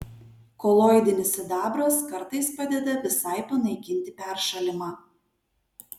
koloidinis sidabras kartais padeda visai panaikinti peršalimą